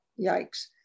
Yikes